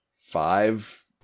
five